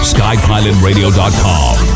Skypilotradio.com